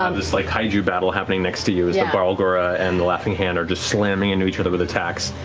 um this like kaiju battle happening next to you as the barlgura and the laughing hand are just slamming and into each other with attacks.